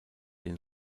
den